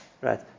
right